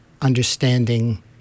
understanding